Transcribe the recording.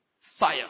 fire